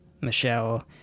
Michelle